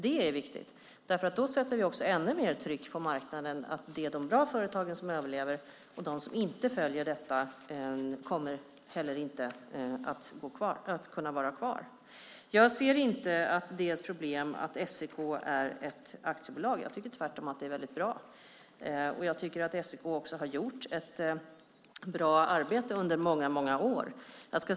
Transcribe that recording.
Det är viktigt. Då sätter vi också ännu mer tryck marknaden. Det är de bra företagen som överlever. De som inte följer detta kommer inte heller att kunna vara kvar. Jag ser inte att det är ett problem att SEK är ett aktiebolag. Jag tycker tvärtom att det är väldigt bra. SEK har också gjort ett bra arbete under många år.